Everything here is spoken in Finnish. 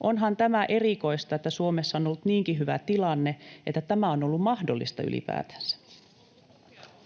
Onhan tämä erikoista, että Suomessa on ollut niinkin hyvä tilanne, että tämä on ollut mahdollista ylipäätänsä.